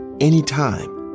Anytime